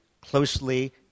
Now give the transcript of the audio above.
closely